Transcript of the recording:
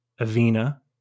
Avena